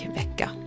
vecka